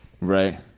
Right